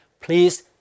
Please